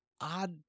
odd